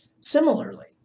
Similarly